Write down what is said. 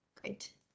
great